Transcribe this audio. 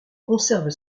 conserve